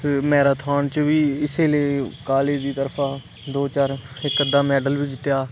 marathon बी इस्सै college दी तरफा दो चार इक अद्धा मैडल जित्तेआ